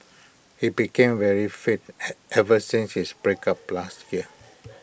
he became very fit ever since his breakup last year